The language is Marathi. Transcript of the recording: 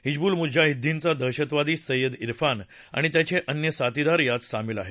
हिजबुल मुजाहिद्दीनचा दहशतवादी सय्यद िफान आणि त्याचे अन्य साथीदार यात सामील आहेत